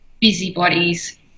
busybodies